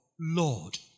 Lord